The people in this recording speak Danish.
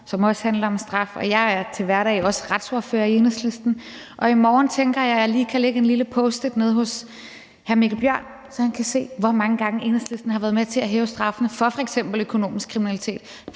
som også handler om straf. Jeg er til hverdag også retsordfører i Enhedslisten, og i morgen tænker jeg, at jeg lige kan lægge en lille post-it nede hos hr. Mikkel Bjørn, så han kan se, hvor mange gange Enhedslisten har været med til at hæve straffene for f.eks. økonomisk kriminalitet